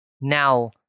Now